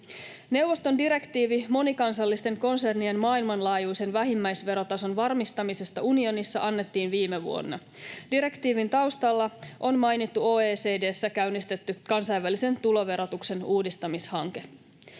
Neuvoston direktiivi monikansallisten konsernien maailmanlaajuisen vähimmäisverotason varmistamisesta unionissa annettiin viime vuonna. Direktiivin taustalla on mainittu OECD:ssä käynnistetty kansainvälisen tuloverotuksen uudistamishanke.